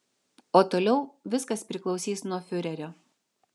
o toliau viskas priklausys nuo fiurerio